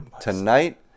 tonight